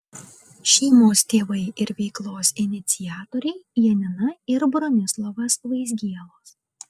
šeimos tėvai ir veiklos iniciatoriai janina ir bronislovas vaizgielos